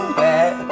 bad